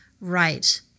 Right